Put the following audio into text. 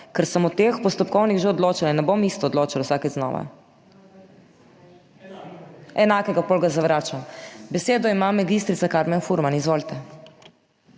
ker sem o teh postopkovnih že odločala in ne bom isto odločal vsakič znova. Enakega. Potem ga zavračam. Besedo ima magistrica Karmen Furman, izvolite.